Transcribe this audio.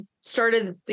started